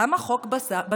למה חוק בזק?